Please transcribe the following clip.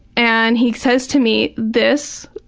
and he says to me this